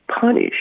punish